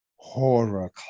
horror